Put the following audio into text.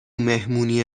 مهمونی